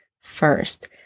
first